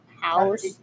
house